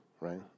right